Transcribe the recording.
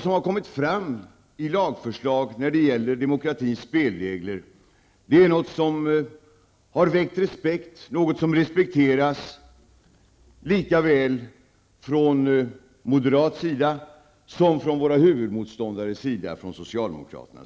som har kommit fram i lagförslag när det gäller demokratis spelregler är något som har väckt respekt och som respekteras såväl av moderaterna som av våra huvudmotståndare, socialdemokraterna.